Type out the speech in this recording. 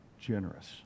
generous